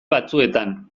batzuetan